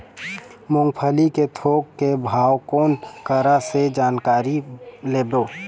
मूंगफली के थोक के भाव कोन करा से जानकारी लेबो?